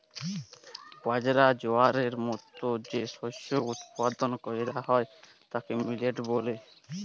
বাজরা, জয়ারের মত যে শস্য উৎপাদল ক্যরা হ্যয় তাকে মিলেট ব্যলে